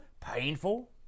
painful